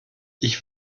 ich